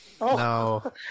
No